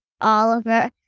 Oliver